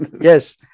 Yes